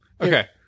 Okay